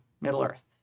Middle-earth